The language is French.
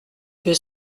deux